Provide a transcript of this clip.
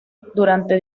durante